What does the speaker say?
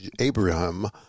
Abraham